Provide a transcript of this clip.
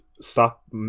Stop